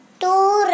two